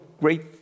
great